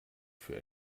für